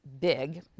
big